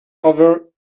over